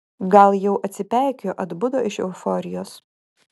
gal jau atsipeikėjo atbudo iš euforijos